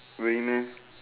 really meh